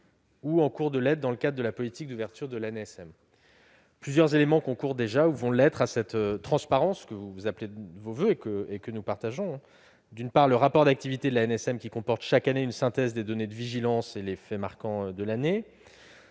ou en voie de l'être dans le cadre de la politique d'ouverture de l'ANSM. Plusieurs éléments concourent ainsi, ou concourront bientôt, à cette transparence que, comme nous, vous appelez de vos voeux : d'une part, le rapport d'activité de l'ANSM, qui comporte chaque année une synthèse des données de vigilance et les faits marquants de l'année